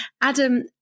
Adam